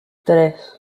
tres